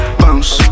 bounce